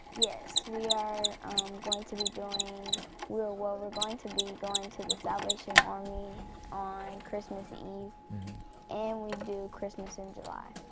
yes. we are going to be doing well, we're going to be going to the salvation army on christmas eve and we do christmas in july.